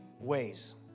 ways